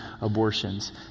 abortions